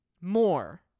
more